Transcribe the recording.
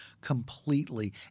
completely